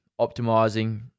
optimizing